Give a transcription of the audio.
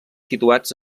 situats